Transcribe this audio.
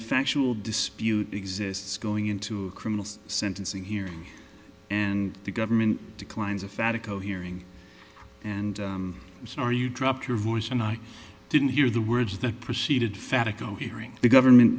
a factual dispute exists going into criminals sentencing hearing and the government declines a fat ago hearing and so are you dropped your voice and i didn't hear the words that proceeded phatic go hearing the government